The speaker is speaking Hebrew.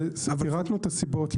פירטנו את הסיבות,